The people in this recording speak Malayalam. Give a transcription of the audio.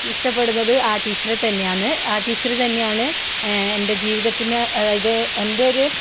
ഇഷ്ടപ്പെടുന്നത് ആ ടീച്ചറെ തന്നെയാണ് ആ ടീച്ചർ തന്നെയാണ് എൻ്റെ ജീവിതത്തിന് ഇത് എൻ്റെ ഒരു